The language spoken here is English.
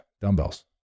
dumbbells